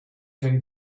can